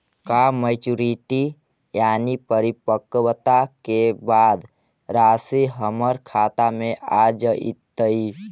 का मैच्यूरिटी यानी परिपक्वता के बाद रासि हमर खाता में आ जइतई?